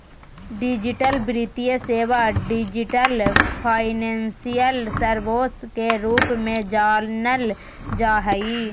digital वित्तीय सेवा, digital financial services के रूप में जानल जा हइ